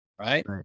right